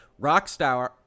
Rockstar